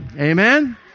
Amen